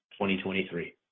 2023